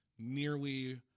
nearly